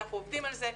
אנחנו עובדים על זה.